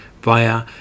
via